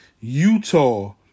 Utah